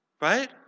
Right